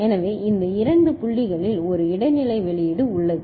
எனவே இந்த இரண்டு புள்ளிகளில் ஒரு இடைநிலை வெளியீடு உள்ளது